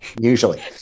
Usually